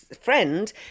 friend